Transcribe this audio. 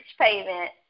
payment